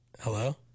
Hello